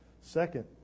Second